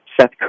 Seth